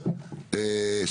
מה?